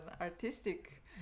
artistic